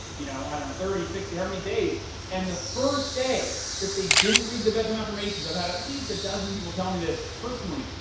you know i don't know, thirty, sixty, how many days and the first day that they didn't read the bedtime affirmation, i've had at least a dozen people tell me this personally.